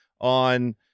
on